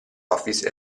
office